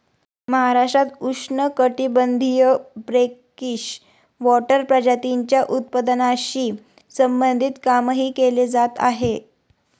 महाराष्ट्रात उष्णकटिबंधीय brackish water प्रजातींच्या उत्पादनाशी संबंधित कामही केले जात आहे